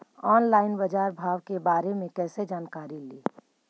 Online बाजार भाव के बारे मे कैसे जानकारी ली?